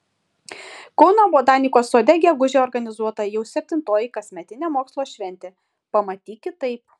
kauno botanikos sode gegužę organizuota jau septintoji kasmetinė mokslo šventė pamatyk kitaip